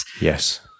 Yes